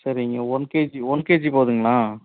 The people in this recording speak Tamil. சரிங்க ஒன் கேஜி ஒன் கேஜி போதுங்களா